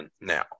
now